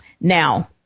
Now